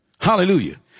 Hallelujah